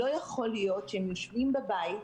לא יכול להיות שהם יושבים בבית,